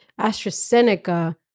AstraZeneca